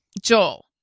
Joel